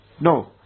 no